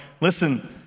listen